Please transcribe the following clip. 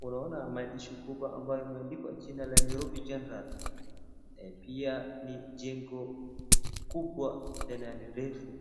uanona maandishi kubwa ambayo imeandikwa jina la Nairobi General na pia ni jengo kubwa na refu.